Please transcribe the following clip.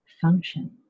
function